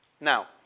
Now